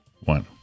one